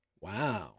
Wow